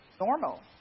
normal